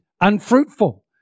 unfruitful